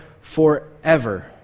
forever